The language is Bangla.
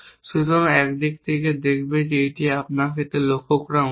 সুতরাং একটি দিক হিসাবে আপনার এটিও লক্ষ্য করা উচিত